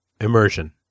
Immersion